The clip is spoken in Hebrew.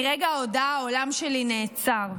מרגע ההודעה העולם שלי נעצר.